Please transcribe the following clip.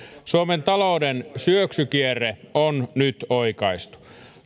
suomen talouden syöksykierre on nyt oikaistu